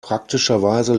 praktischerweise